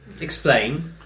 Explain